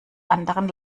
anderen